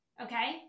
okay